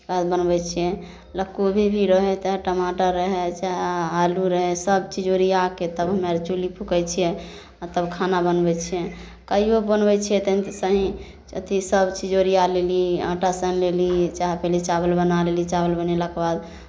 तब बनबै छियै ल् कोबी भी रहय चाहे टमाटर रहय चाहे आलू रहय सभ चीज ओरिया कऽ तब हमेअर चुल्ही फूँकै छियै आ तब खाना बनबै छियै कहियो बनबै छियै तऽ सही अथि सभचीज ओरिया लेली आँटा सानि लेली चाहे पहिले चावल बना लेली चावल बनेलाके बाद